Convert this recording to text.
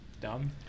Dumb